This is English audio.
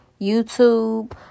youtube